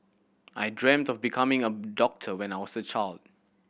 I dreamt of becoming a doctor when I was a child